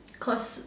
cause